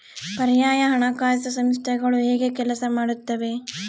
ಪರ್ಯಾಯ ಹಣಕಾಸು ಸಂಸ್ಥೆಗಳು ಹೇಗೆ ಕೆಲಸ ಮಾಡುತ್ತವೆ?